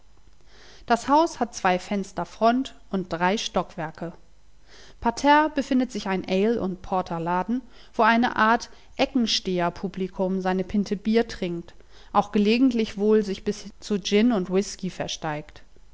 das haus hat zwei fenster front und drei stockwerke parterre befindet sich ein ale und porter laden wo eine art eckensteher publikum seine pinte bier trinkt auch gelegentlich wohl sich bis zu gin und whisky versteigt